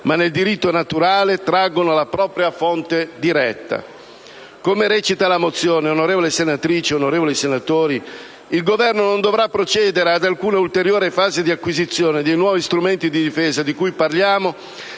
ma dal diritto naturale traggono la propria fonte diretta. Come recita la mozione, onorevoli senatrici e onorevoli senatori, il Governo non dovrà procedere ad alcuna ulteriore fase di acquisizione dei nuovi strumenti di difesa di cui parliamo